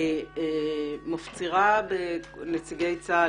אני מפצירה בנציגי צה"ל